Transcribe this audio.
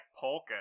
polka